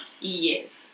Yes